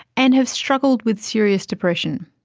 and have struggled with serious depression.